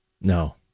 No